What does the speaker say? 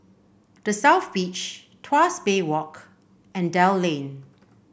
The South Beach Tuas Bay Walk and Dell Lane